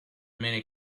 many